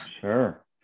Sure